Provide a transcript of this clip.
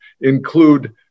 include